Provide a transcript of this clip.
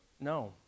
No